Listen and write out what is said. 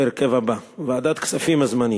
בהרכב הבא: ועדת הכספים הזמנית: